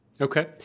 Okay